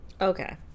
Okay